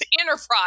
enterprise